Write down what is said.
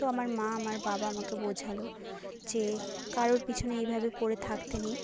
তো আমার মা আমার বাবা আমাকে বোঝালো যে কারোর পিছনে এইভাবে পড়ে থাকতে নেই